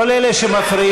כל אלה שמפריעים,